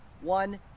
one